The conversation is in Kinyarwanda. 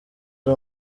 ari